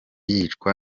yicwa